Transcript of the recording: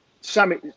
Sammy